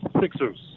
Sixers